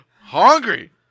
Hungry